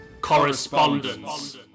correspondence